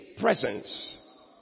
presence